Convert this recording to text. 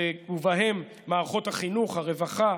ובהם מערכות החינוך, הרווחה,